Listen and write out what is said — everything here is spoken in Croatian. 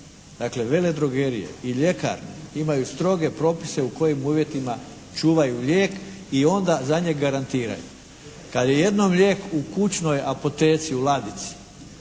Dakle veledrogerije i ljekarne imaju stroge propise u kojim uvjetima čuvaju lijek i onda za njeg garantiraju. Kad je jednom lijek u kućnoj apoteci u ladici